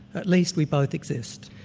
at least we both exist.